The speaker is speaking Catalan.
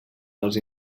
els